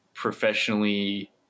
professionally